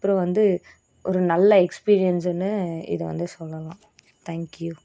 அப்புறம் வந்து ஒரு நல்ல எக்ஸ்பீரியன்ஸுன்னு இதை வந்து சொல்லலாம் தேங்க் யூ